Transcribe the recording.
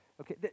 Okay